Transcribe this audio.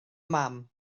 mam